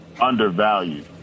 undervalued